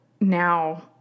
now